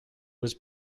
was